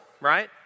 right